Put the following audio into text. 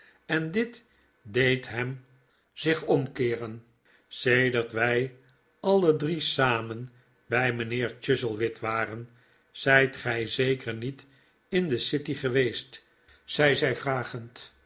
en dit deed hem zich oihkeeren sedert wij alle drie samen bij mijnheer chuzzlewit waren zijt gij zeker niet in de city geweest zei zij vragend